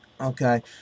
Okay